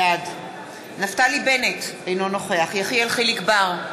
בעד נפתלי בנט, אינו נוכח יחיאל חיליק בר,